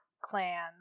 clan